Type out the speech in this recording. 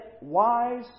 wise